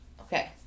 Okay